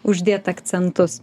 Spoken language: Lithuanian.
uždėt akcentus